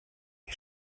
die